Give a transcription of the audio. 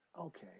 Okay